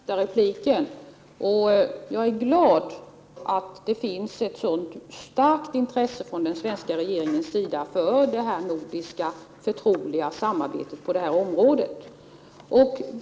Herr talman! Jag tackar för denna senaste replik. Jag är glad att det finns ett starkt intresse hos den svenska regeringen för det nordiska förtroliga samarbetet på det här området.